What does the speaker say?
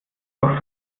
doch